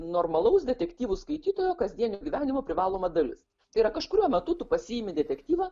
normalaus detektyvų skaitytojo kasdienio gyvenimo privaloma dalis tai yra kažkuriuo metu tu pasiimi detektyvą